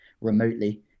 remotely